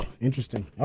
Interesting